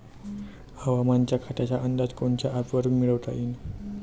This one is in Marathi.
हवामान खात्याचा अंदाज कोनच्या ॲपवरुन मिळवता येईन?